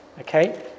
okay